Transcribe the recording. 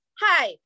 hi